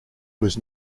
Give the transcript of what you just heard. was